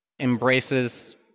embraces